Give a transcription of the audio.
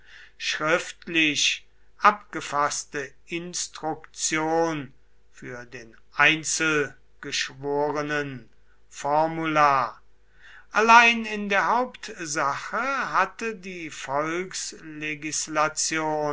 schriftlich abgefaßte instruktion für den einzelgeschworenen formula allein in der hauptsache hatte die